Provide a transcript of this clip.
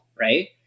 right